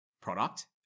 product